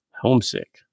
Homesick